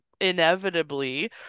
inevitably